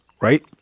right